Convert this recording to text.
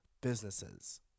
businesses